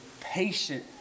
patient